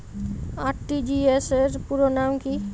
RTGS র পুরো নাম কি?